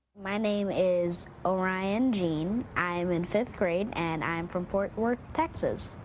my name is o'ryan jean. i'm in fifth grade and i'm from ft. worth, texas.